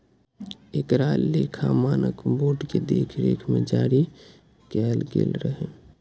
एकरा लेखा मानक बोर्ड के देखरेख मे जारी कैल गेल रहै